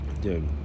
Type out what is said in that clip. dude